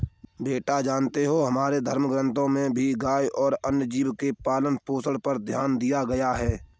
बेटा जानते हो हमारे धर्म ग्रंथों में भी गाय और अन्य जीव के पालन पोषण पर ध्यान दिया गया है